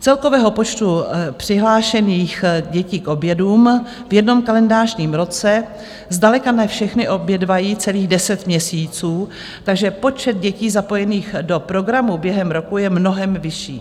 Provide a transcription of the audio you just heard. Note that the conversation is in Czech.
Z celkového počtu přihlášených dětí k obědům v jednom kalendářním roce zdaleka ne všechny obědvají celých deset měsíců, takže počet dětí zapojených do programu během roku je mnohem vyšší.